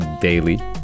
daily